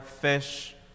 fish